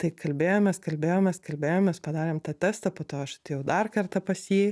tai kalbėjomės kalbėjomės kalbėjomės padarėm tą testą po to aš atėjau dar kartą pas jį